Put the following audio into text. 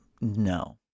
no